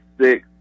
six